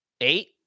Eight